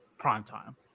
primetime